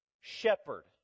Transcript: shepherd